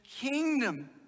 kingdom